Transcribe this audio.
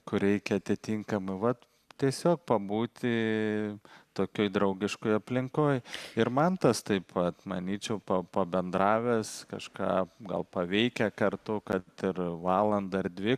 kur reikia atitinkamai vat tiesiog pabūti tokioj draugiškoj aplinkoj ir mantas taip pat manyčiau pabendravęs kažką gal paveikę kartu kad ir valandą ar dvi